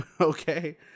Okay